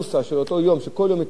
שכל יום מפרסם משרד החקלאות,